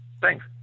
Thanks